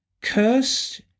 Cursed